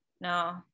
No